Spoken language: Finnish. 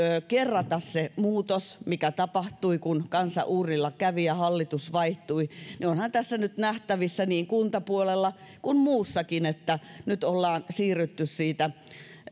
kerrata se muutos mikä tapahtui kun kansa uurnilla kävi ja hallitus vaihtui onhan tässä nyt nähtävissä niin kuntapuolella kuin muuallakin että nyt ollaan siirrytty siitä